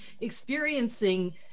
experiencing